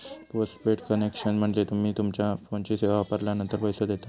postpaid connection म्हणजे तुम्ही तुमच्यो फोनची सेवा वापरलानंतर पैसो देता